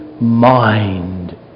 mind